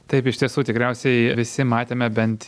taip iš tiesų tikriausiai visi matėme bent